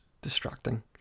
distracting